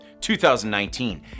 2019